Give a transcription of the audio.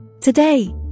Today